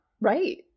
Right